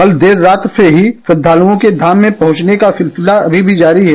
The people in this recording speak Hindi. कल देर रात्रि से ही श्रद्दालुओं के धाम मे पहुँचने का सिलसिला अभी भी जारी है